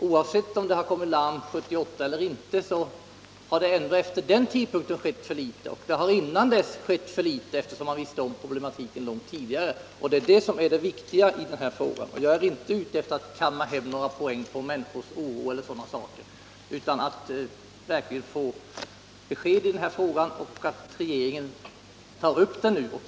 Oavsett om det slogs larm 1978 eller inte, har det efter den tidpunkten ändå skett för litet, eftersom man visste om problematiken långt tidigare. Det är det viktiga i denna fråga. Jag är inte ute efter att kamma hem poäng på människors oro. Jag vill bara ha besked om att regeringen nu tar upp denna fråga.